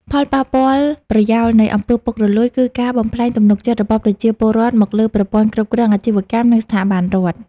ផលប៉ះពាល់ប្រយោលនៃ អំពើពុករលួយ គឺការបំផ្លាញទំនុកចិត្តរបស់ប្រជាពលរដ្ឋមកលើប្រព័ន្ធគ្រប់គ្រងអាជីវកម្ម និងស្ថាប័នរដ្ឋ។